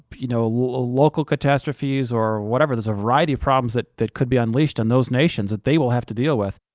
but you know, ah local catastrophes, or whatever, there's a variety of problems that that could be unleashed on those nations that they will have to deal with.